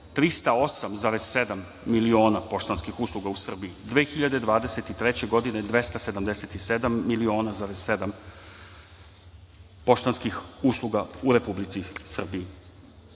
308,7 miliona poštanskih usluga u Srbiji, 2023. godine - 277,7 miliona poštanskih usluga u Republici Srbiji. Još